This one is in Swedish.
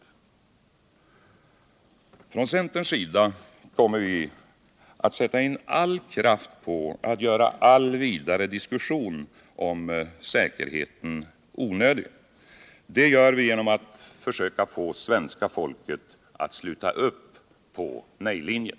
Från centerns sida kommer vi att sätta in all kraft på att göra all vidare diskussion om säkerheten onödig. Det gör vi genom att försöka få svenska folket att sluta upp på nej-linjen.